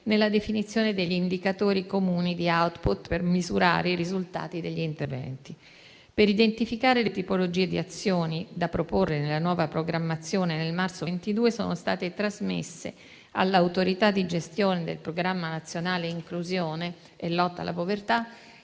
nella definizione degli indicatori comuni di *output* per misurare i risultati degli interventi. Per identificare le tipologie di azione da proporre nella nuova programmazione, nel marzo 2022 sono state trasmesse, all'autorità di gestione del programma nazionale inclusione e lotta alla povertà,